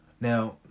Now